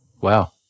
Wow